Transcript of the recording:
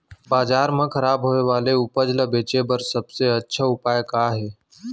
बाजार मा खराब होय वाले उपज ला बेचे बर सबसे अच्छा उपाय का हे?